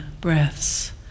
breaths